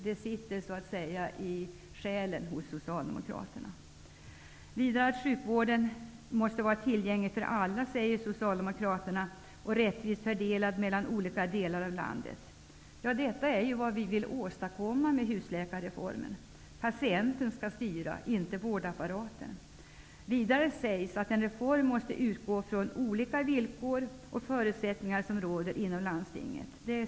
Det sitter så att säga i själen hos Socialdemokraterna säger vidare att sjukvården måste vara tillgänglig för alla och rättvist fördelad mellan olika delar av landet. Det är ju vad vi vill åstadkomma med husläkarreformen. Patienten skall styra -- inte vårdapparaten. Vidare säger Socialdemokraterna att en reform måste utgå från de olika villkor och förutsättningar som råder inom landstingen.